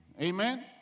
Amen